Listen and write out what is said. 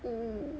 hmm